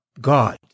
God